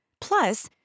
Plus